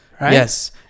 Yes